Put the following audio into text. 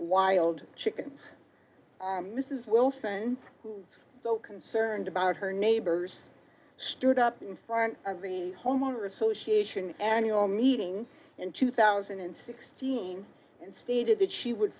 wild chickens mrs wilson so concerned about her neighbors stood up in front of a homeowner association and your meeting in two thousand and sixteen and stated that she would